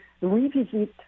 revisit